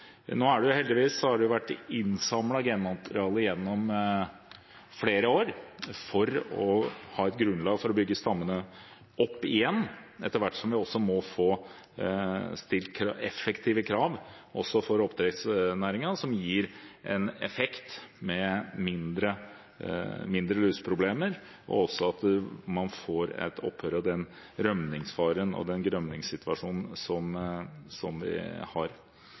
vært samlet inn genmateriale for å ha et grunnlag for å bygge opp stammene igjen. Etter hvert må vi også få stilt effektive krav til oppdrettsnæringen som gir som effekt færre luseproblemer og også opphør av den rømningsfaren og den rømningssituasjonen som vi har. Når det gjelder selve genbanken, har – som flere har